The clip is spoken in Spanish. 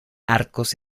arcos